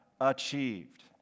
achieved